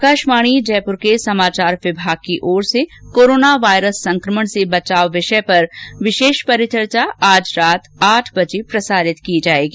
आकाशवाणी जयपुर के समाचार विभाग की ओर से कोरोना वायरस संकमण से बचाव विषय पर विशेष परिचर्चा आज रात आठ बजे प्रसारित की जाएगी